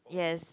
yes